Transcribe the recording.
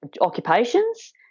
occupations